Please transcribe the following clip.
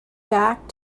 back